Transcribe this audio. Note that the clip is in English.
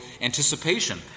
anticipation